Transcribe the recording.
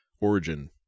origin